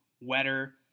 wetter